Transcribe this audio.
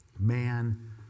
Man